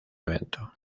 evento